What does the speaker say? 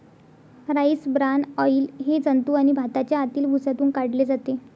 rice bran oil हे जंतू आणि भाताच्या आतील भुसातून काढले जाते